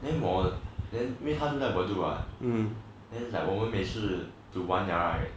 then 我 then 因为他现在住在 bedok ah then 我们每次赌完了 right